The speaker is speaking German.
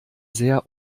sehr